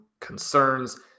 concerns